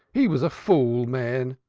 he was a fool-man,